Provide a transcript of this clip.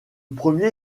premier